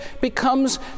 becomes